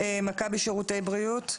מכבי שירותי בריאות,